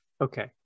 Okay